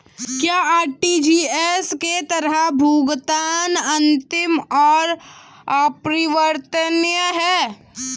क्या आर.टी.जी.एस के तहत भुगतान अंतिम और अपरिवर्तनीय है?